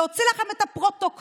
להוציא לכם את הפרוטוקולים?